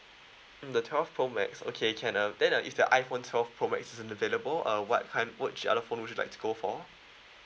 mm the twelve pro max okay can uh then uh if the iphone twelve pro max is unavailable uh what kind what's the other phone would you like to go for